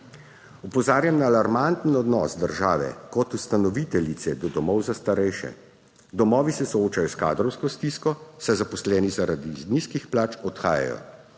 Opozarjam na alarmanten odnos države kot ustanoviteljice do domov za starejše. Domovi se soočajo s kadrovsko stisko, saj zaposleni zaradi nizkih plač odhajajo.